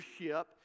leadership